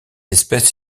espèce